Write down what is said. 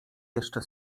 jeszcze